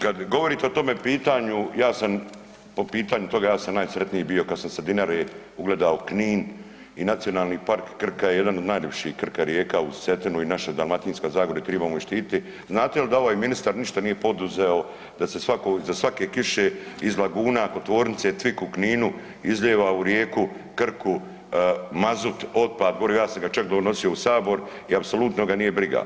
Kad govorite o tome pitanju ja sam po pitanju toga ja sam najsretniji bio kad sam sa Dinare ugledao Knin i Nacionalni park Krka je jedan od najljepših, Krka rijeka uz Cetinu i naša Dalmatinska zagora i tribamo ju štititi, znate li da ovaj ministar ništa nije poduzeo da se iza svake kiše iz laguna kod tvornice TVIK u Kninu izlijeva u rijeku Krku mazut, otpad, gorivo, ja sam ga čak donosio u sabor i apsolutno ga nije briga.